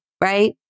right